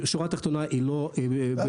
בשורה התחתונה זה --- בסדר,